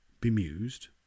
bemused